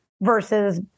versus